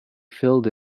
filled